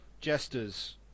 jesters